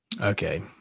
Okay